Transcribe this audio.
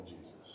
Jesus